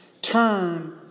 turn